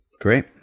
Great